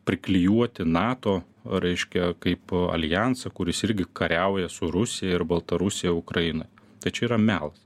priklijuoti nato reiškia kaip aljansą kuris irgi kariauja su rusija ir baltarusija ukrainoje tai čia yra melas